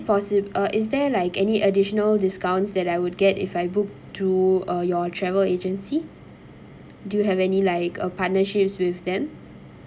possi~ uh is there like any additional discounts that I would get if I book through uh your travel agency do you have any like a partnerships with them